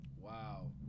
Wow